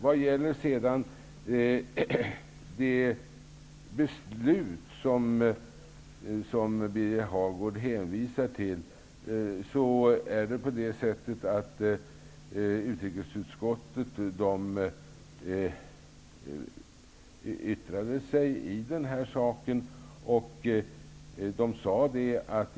Vad gäller det beslut som Birger Hagård hänvisar till förhåller det sig så att utrikesutskottet har yttrat sig i den här saken.